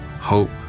hope